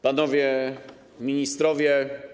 Panowie Ministrowie!